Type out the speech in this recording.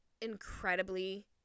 incredibly